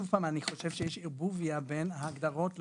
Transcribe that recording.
אני חושב שיש ערבוביה בין ההגדרות לבין,